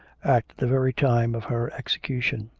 at the very time of her execution.